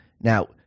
Now